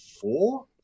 four